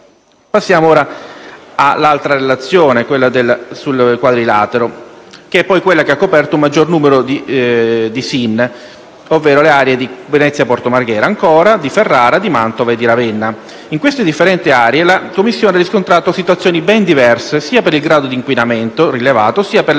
Passiamo ora alla relazione sul Quadrilatero, che ha coperto un maggior numero di SIN, ovvero le aree di Venezia-Porto Marghera, Ferrara, Mantova e Ravenna. In queste differenti aree la Commissione ha riscontrato situazioni ben diverse sia per il grado di inquinamento rilevato sia per la